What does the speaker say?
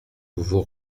vous